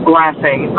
laughing